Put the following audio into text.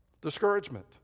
Discouragement